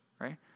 right